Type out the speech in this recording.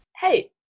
Hey